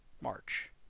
March